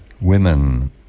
women